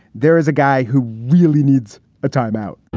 there is a guy who really needs a time out